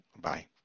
Bye